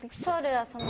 showed us